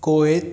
Kuwait